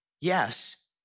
yes